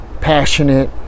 Passionate